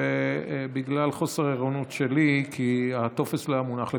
בגלל חוסר ערנות שלי, כי הטופס לא היה מונח לפניי.